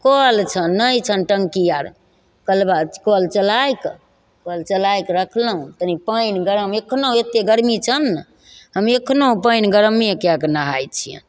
कल छनि नहि छनि टङ्की आर कलबा कल चलाइ कऽ कल चलाय कए रखलहुँ तनि पानि गरम एखनो एते गरमी छनि ने हमे एखनो पानि गरमे कए कऽ नहाइ छियनि